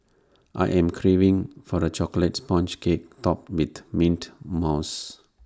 I am craving for the Chocolate Sponge Cake Topped with Mint Mousse